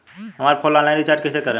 हमार phone online recharge कईसे करेम?